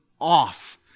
off